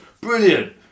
brilliant